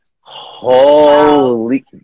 holy